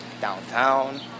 downtown